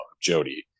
Jody